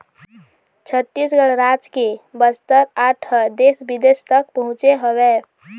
छत्तीसगढ़ राज के बस्तर आर्ट ह देश बिदेश तक पहुँचे हवय